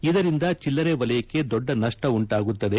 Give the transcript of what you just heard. ಇದರಿಂದ ಚಿಲ್ಲರೆ ವಲಯಕ್ಕೆ ದೊಡ್ಡ ನಷ್ಟ ಉಂಟಾಗುತ್ತದೆ